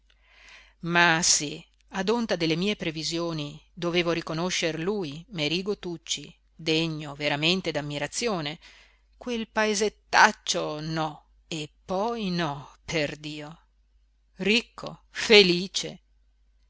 ma se ad onta delle mie previsioni dovevo riconoscer lui merigo tucci degno veramente d'ammirazione quel paesettaccio no e poi no perdio ricco felice